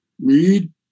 Read